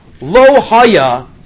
lo'haya